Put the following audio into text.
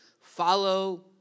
follow